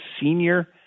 senior